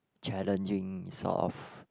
challenging sort of